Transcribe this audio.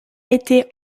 été